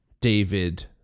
David